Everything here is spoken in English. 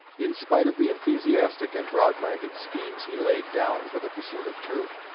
in spite of the enthusiastic and broad-minded schemes he laid down for the pursuit of truth,